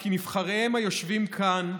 כי נבחריהם היושבים כאן,